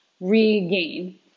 regain